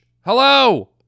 Hello